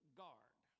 guard